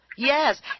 Yes